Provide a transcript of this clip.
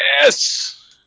Yes